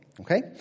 Okay